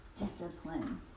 discipline